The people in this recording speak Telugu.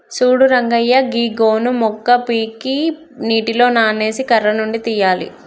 సూడు రంగయ్య గీ గోను మొక్క పీకి నీటిలో నానేసి కర్ర నుండి తీయాలి